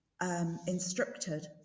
instructed